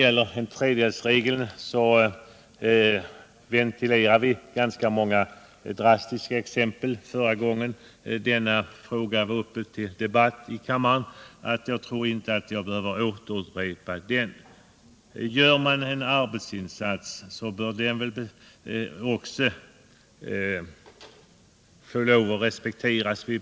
När det gäller tredjedelsregeln anförde jag så många drastiska exempel när denna fråga förra gången var uppe till debatt i kammaren att jag nu inte behöver återupprepa dessa.